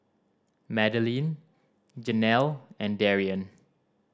Madelyn Jenelle and Darion